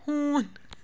ہوٗن